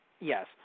Yes